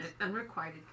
Unrequited